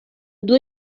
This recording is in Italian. due